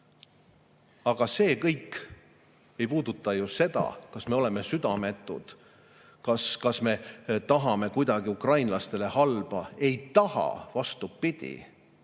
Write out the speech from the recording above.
Aga see kõik ei puuduta ju seda, kas me oleme südametud. Kas me tahame kuidagi ukrainlastele halba? Ei taha! Vastupidi,